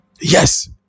yes